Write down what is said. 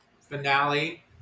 Finale